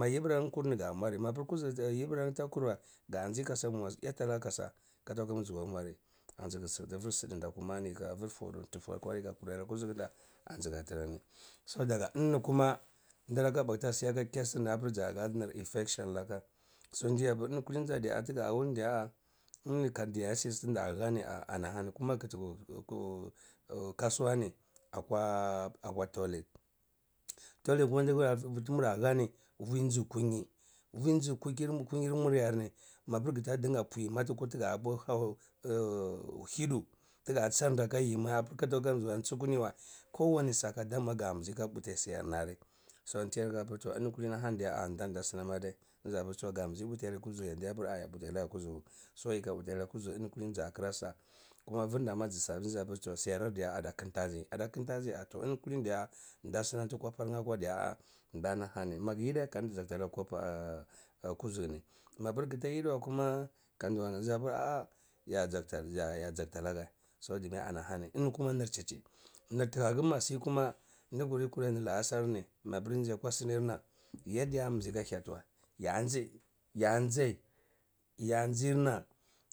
Mayibranae kuri ga mwari ma kuzuguta yibrarnae takur wae ganzi kasa mai eyatana kasa katakuma zukuwa mwari an zksu vr snta kuma ni ka vr fwodu ku ntufu akwa yika kurai rar kuhinda trarni so daga ini ni kuma ndaraka bakta siyaka caza ni hapr nir infection laka so ndya pri ini kulini zandiya kgawul n diya ini candiasis tn da hani a ana hani kuma kti kasuwa ni akwa akwa toilet, tze toilet kuma tmura hani vi nzi kinyi vin zi ku nyi buzikukir mur yare magta dinga puti yimi ati ko tga hau hidu tga sarnta ka yimi apr ka tay gra suka nyi wae kowani saka dame gamzi ka puti siyar nari so ani tiya hapr tou adai tou gambzi putiyar kuzugu andi hapr ar apr yalaga kuzugu so yika puti lar kuzugu ini kulini za ta kra sa kuma vrnda ma zsa ndza pr tun siyar diya adiy klatazi ada klntazi ya ar ton ini kulini diya nda snam ti kwapar nae akwa diya ai dainiahani nda ma hani mag yi dae kandi zakat nag kwapa ar kuzuguni mapr gta yidiwa kuma kandu wanamzi apr a’a ya zakat yaya zakat naga chani ini kuma nr chichi nr tnaku ma sikuma ndkurai kurai nr la’a sarni mapr nzi akwa sinir na yadiya mbzi ka hyatiwa yanzi yanzi yanzirna